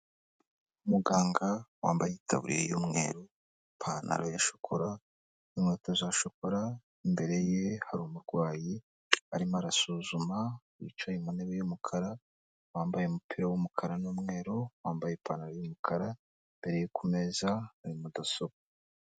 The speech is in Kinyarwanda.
Muganga wambaye itaburiye y'umweru, ipantaro ya shokora, inkweto za shokora, imbere ye hari umurwayi arimo arasuzuma wicaye mu ntebe y'umukara, wambaye umupira w'umukara n'umweru, wambaye ipantaro y'umukara, imbere ye ku meza hari mudasobwa.